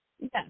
Yes